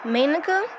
Manica